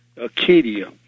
Acadia